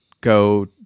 go